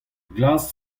glas